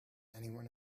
anyone